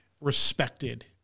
respected